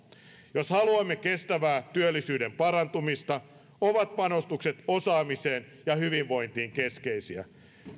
jos haluamme kestävää työllisyyden parantumista ovat panostukset osaamiseen ja hyvinvointiin keskeisiä